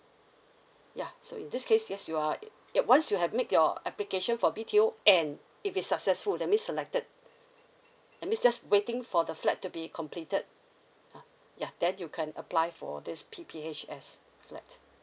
ya so in this case yes you are uh once you have make your application for B_T_O and if it's successful that means selected I mean just waiting for the flat to be completed yeah yeah then you can apply for this P_P_H_S flat